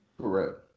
Correct